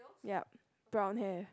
yup brown hair